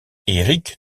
éric